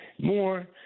more